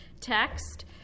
text